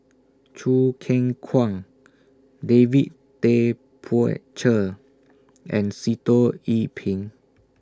Choo Keng Kwang David Tay Poey Cher and Sitoh Yih Pin